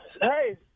Hey